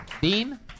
Beam